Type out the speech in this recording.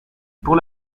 pour